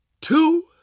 two